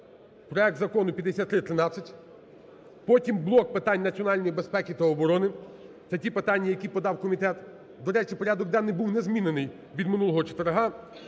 проект закону 5313, потім – блок питань національної безпеки та оброни, це ті питання, які подав комітет. До речі, порядок денний був не змінений від минулого